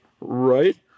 right